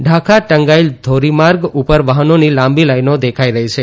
ઢાકા ટંગાઇલ ધોરીમાર્ગ ઉપર વાહનોની લાંબી લાઇનો દેખાઇ રહી છે